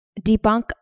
debunk